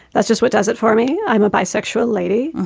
that's just what does it for me. i'm a bisexual lady.